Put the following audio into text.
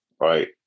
right